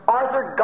Arthur